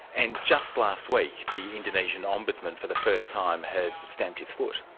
and just last week the indonesian ombudsman for the first time has stamped his foot.